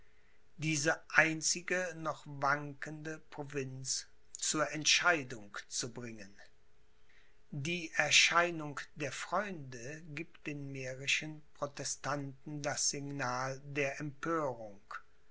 diese einzige noch wankende provinz zur entscheidung zu bringen die erscheinung der freunde gibt den mährischen protestanten das signal der empörung